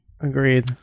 agreed